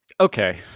okay